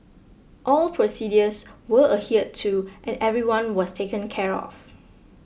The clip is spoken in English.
all procedures were adhered to and everyone was taken care of